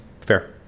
fair